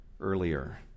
earlier